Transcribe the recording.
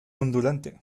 ondulante